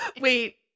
Wait